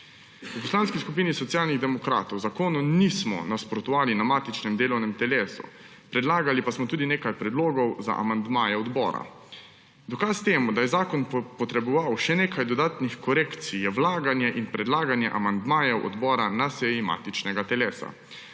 V Poslanski skupini Socialnih demokratov zakonu nismo nasprotovali na matičnem delovnem telesu, predlagani pa smo tudi nekaj predlogov za amandmaje odbora. Dokaz temu, da je zakon potreboval še nekaj dodatnih korekcij, je vlaganje in predlaganje amandmajev odbora na seji matičnega telesa.